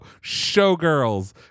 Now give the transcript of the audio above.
Showgirls